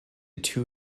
two